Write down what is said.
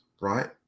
right